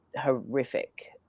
horrific